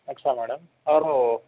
اچھا میڈم اور وہ